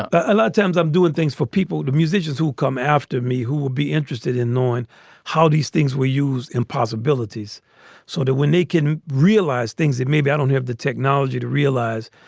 a lot of times i'm doing things for people, the musicians who come after me, who will be interested in knowing how these things were used, impossibilities so that when they can realize things that maybe i don't have the technology to realize,